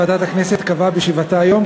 ועדת הכנסת קבעה בישיבתה היום,